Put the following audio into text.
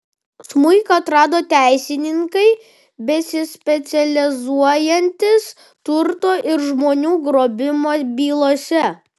smuiką atrado teisininkai besispecializuojantys turto ir žmonių grobimo bylose